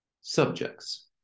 subjects